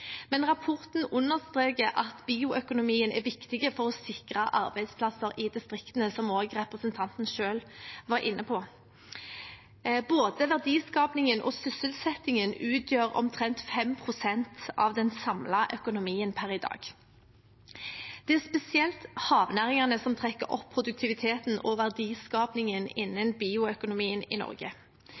men rapporten understreker at bioøkonomien er viktig for å sikre arbeidsplasser i distriktene, noe også representanten selv var inne på. Både verdiskapingen og sysselsettingen utgjør omtrent 5 pst. av den samlede økonomien per i dag. Det er spesielt havnæringene som trekker opp produktiviteten og verdiskapingen innen bioøkonomien i Norge.